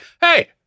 hey